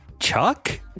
Chuck